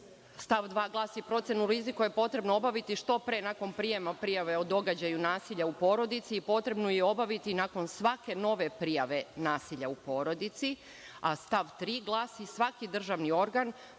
Stav 2. glasi – procenu rizika je potrebno obaviti što pre nakon prijema prijave o događaju nasilja u porodici, potrebno je obaviti nakon svake nove prijave nasilja u porodici. Stav 3. glasi – svaki državni organ u kome se